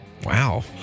Wow